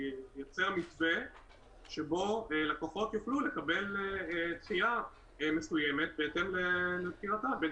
לבצע מתווה שבו לקוחות יוכלו לקבל דחיה מסוימת בהתאם ל- -- בין